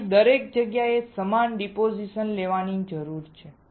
મારે દરેક જગ્યાએ એકસમાન ડીપોઝીશન લેવાની જરૂર છે